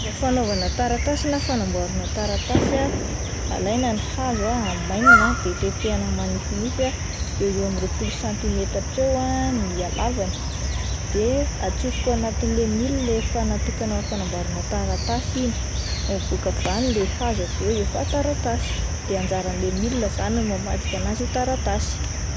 Fomba fanaovana taratasy na fanamboarana taratasy ah, alaina ny hazo, amainina, de tetehina manifinify eo eo amin'ny roapolo sentimetatra eo ny halavany de atsofoka ao anatin'le milina efa natokana ho amin'ny fanamboarana taratasy iny, mivoaka avy any le hazo avy eo efa taratasy, de anjaran'ilay milina izany no mamadika anazy ho taratasy.